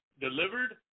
delivered